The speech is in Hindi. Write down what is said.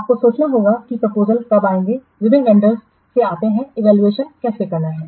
आपको सोचना होगा कि प्रपोजलस कब आएंगे विभिन्न वंडर्स से आते हैं इवैल्यूएट कैसे करना है